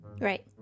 Right